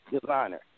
designer